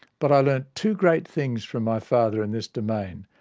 but i learned two great things from my father in this domain.